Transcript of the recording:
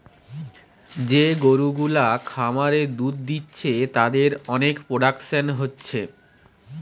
যে গরু গুলা খামারে দুধ দিচ্ছে তাদের অনেক প্রোডাকশন হচ্ছে